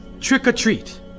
trick-or-treat